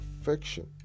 affection